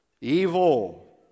Evil